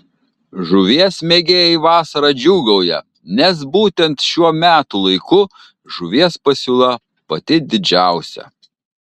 žuvies mėgėjai vasarą džiūgauja nes būtent šiuo metų laiku žuvies pasiūla pati didžiausia